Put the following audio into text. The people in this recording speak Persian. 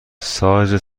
سایز